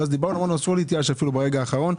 ואז דיברנו ואמרנו: אסור להתייאש אפילו ברגע האחרון.